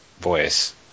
voice